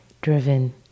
driven